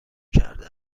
کرده